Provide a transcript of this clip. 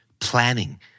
Planning